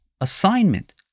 assignment